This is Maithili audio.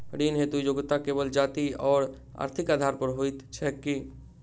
ऋण हेतु योग्यता केवल जाति आओर आर्थिक आधार पर होइत छैक की?